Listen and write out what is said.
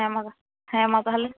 ᱦᱮᱸ ᱢᱟ ᱦᱮᱸ ᱢᱟ ᱛᱟᱦᱚᱞᱮ